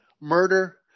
murder